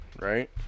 Right